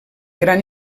gran